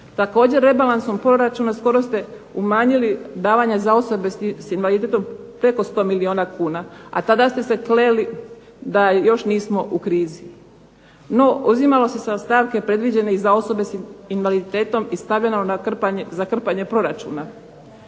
Također rebalansom proračuna skoro ste umanjili davanja za osobe s invaliditetom preko sto milijuna kuna, a tada ste se kleli da još nismo u krizi. No uzimalo se sa stavke predviđene i za osobe sa invaliditetom i stavljeno za krpanje proračuna.